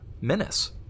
Menace